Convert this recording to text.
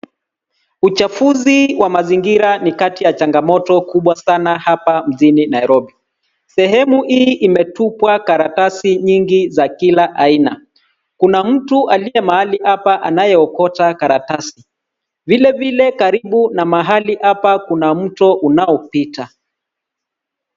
Uchafuzi wa mazingira ni kati ya changamoto kubwa sana hapa mjini Nairobi. Sehenu hii imetupwa karatasi nyingi za kila aina. Kuna mtu aliye mahali hapa anayeokota karatasi. Vilevile karibu na mahali hapa kuna mto unaopita.